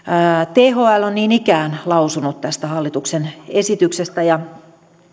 thl on niin ikään lausunut tästä hallituksen esityksestä ja